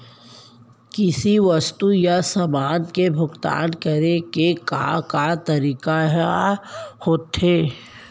किसी वस्तु या समान के भुगतान करे के का का तरीका ह होथे?